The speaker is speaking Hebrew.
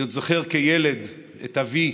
אני עוד זוכר כילד את אבי,